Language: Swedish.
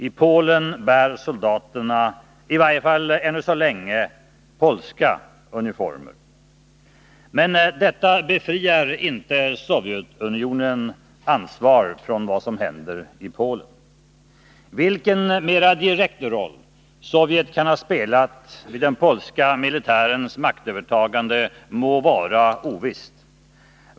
I Polen bär soldaterna — i varje fall ännu så länge — polska uniformer. Men detta befriar inte Sovjetunionen från ansvar för vad som händer i Polen. Vilken mer direkt roll Sovjet kan ha spelat vid den polska militärens maktövertagande må vara ovisst.